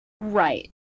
Right